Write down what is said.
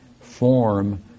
form